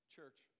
Church